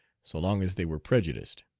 so long as they were prejudiced.